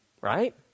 right